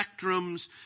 spectrums